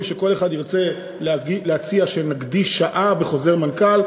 שכל אחד ירצה להציע שנקדיש שעה להם בחוזר מנכ"ל.